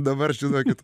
dabar žinokit